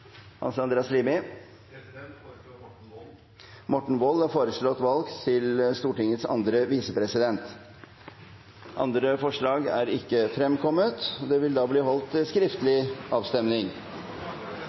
Morten Wold er foreslått valgt til Stortingets andre visepresident. – Andre forslag foreligger ikke. Det foretas skriftlig avstemning. Valget hadde dette resultatet: Det